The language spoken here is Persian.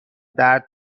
درد